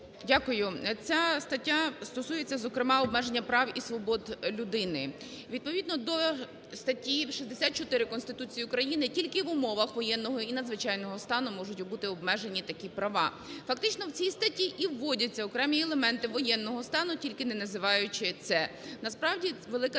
Дякую. Ця стаття стосується, зокрема, обмеження прав і свобод людини. Відповідно до статті 64 Конституції України тільки в умовах воєнного і надзвичайного стану можуть бути обмежені такі права. Фактично, в цій статті і вводяться окремі елементи воєнного стану, тільки не називаючи це.